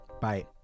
Bye